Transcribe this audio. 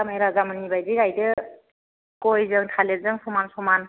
सामि राजा मोननि बायदि गायदो गयजों थालिरजों समान समान